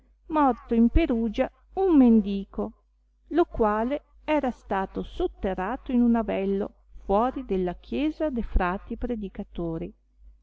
morto in perugia un mendico lo quale era stato sotterrato in uno avello fuori della chiesa de frati predicatori